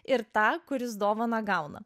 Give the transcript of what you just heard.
ir tą kuris dovaną gauna